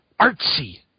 artsy